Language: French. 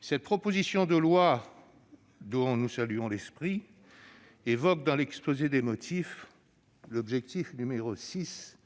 Cette proposition de loi, dont nous saluons l'esprit, évoque dans l'exposé des motifs l'objectif n° 6